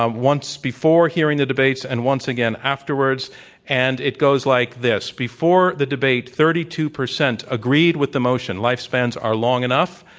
ah once before hearing the debates and once again afterwards and it goes like this. before the debate, thirty two percent agreed with the motion lifespans are long enough,